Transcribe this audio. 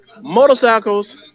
motorcycles